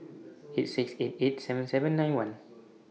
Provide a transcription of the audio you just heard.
eight six eight eight seven seven nine one